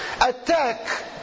attack